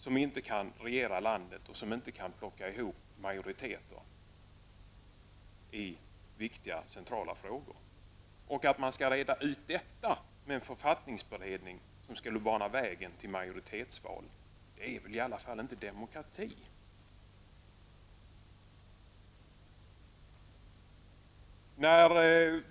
Socialdemokraterna kan inte regera landet och kan inte plocka ihop majoriteter i viktiga centrala frågor. Att reda ut detta med en författningsberedning som skulle bana väg för majoritetsval är väl i alla fall inte demokrati?